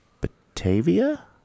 Batavia